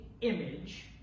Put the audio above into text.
image